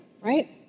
right